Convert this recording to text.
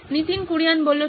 নীতিন কুরিয়ান ঠিক